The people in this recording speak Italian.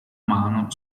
mano